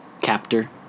captor